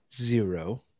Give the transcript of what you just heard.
Zero